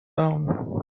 dawn